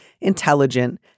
intelligent